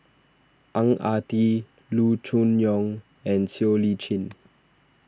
Ang Ah Tee Loo Choon Yong and Siow Lee Chin